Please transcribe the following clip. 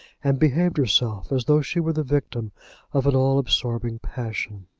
and behaved herself as though she were the victim of an all-absorbing passion.